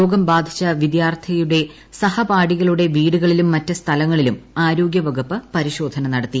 രോഗം ബാധിച്ച വിദ്യാർത്ഥിയുടെ സഹപാഠികളുടെ വീടുകളിലും മറ്റ് സ്ഥലങ്ങളിലും ആരോഗ്യവകുപ്പ് പരിശോധന നടത്തി